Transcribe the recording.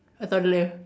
a toddler